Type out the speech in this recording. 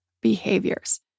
behaviors